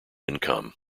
income